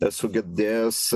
esu girdėjęs